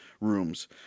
rooms